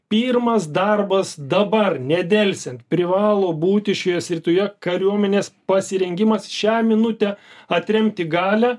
pirmas darbas dabar nedelsiant privalo būti šioje srityje kariuomenės pasirengimas šią minutę atremti galią